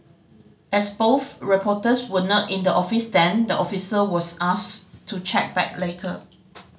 as both reporters were not in the office then the officer was asked to check back later